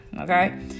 okay